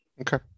Okay